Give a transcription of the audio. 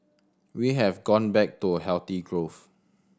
we have gone back to healthy growth